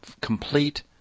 complete